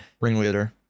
Ringleader